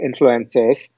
influencers